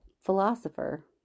philosopher